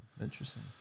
Interesting